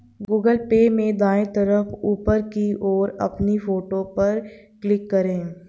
Google Pay में दाएं तरफ ऊपर की ओर अपनी फोटो पर क्लिक करें